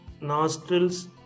nostrils